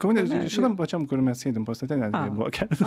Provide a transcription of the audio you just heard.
kaune šitam pačiam kur mes sėdim pastate netgi buvo keletas